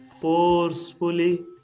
forcefully